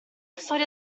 storia